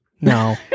No